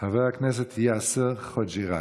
חבר הכנסת יאסר חוג'יראת,